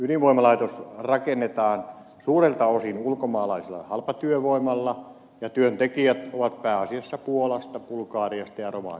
ydinvoimalaitos rakennetaan suurelta osin ulkomaalaisella halpatyövoimalla ja työntekijät ovat pääasiassa puolasta bulgariasta ja romaniasta